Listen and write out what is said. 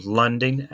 london